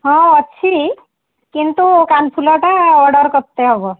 ହଁ ଅଛି କିନ୍ତୁ କାନଫୁଲଟା ଅର୍ଡ଼ର କରିତେ ହେବ